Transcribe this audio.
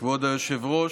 היושב-ראש,